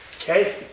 Okay